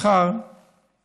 למוחרת זה